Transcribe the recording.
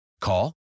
Call